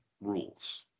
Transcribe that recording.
rules